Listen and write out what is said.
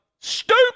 stupid